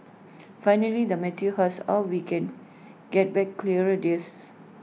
finally the Matthew asks how can we get back clearer days